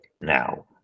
now